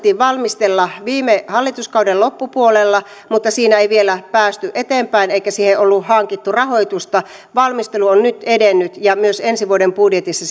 valmistella viime hallituskauden loppupuolella mutta siinä ei vielä päästy eteenpäin eikä siihen ollut hankittu rahoitusta valmistelu on nyt edennyt ja myös ensi vuoden budjetissa